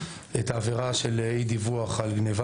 את העבירה של אי דיווח על גניבה,